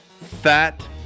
Fat